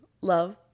love